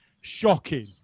shocking